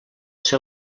ser